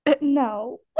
No